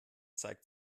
zeigt